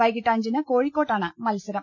വൈകിട്ട് അഞ്ചിന് കോഴിക്കോട്ടാണ് മത്സ രം